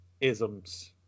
isms